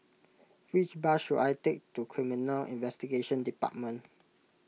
which bus should I take to Criminal Investigation Department